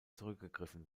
zurückgegriffen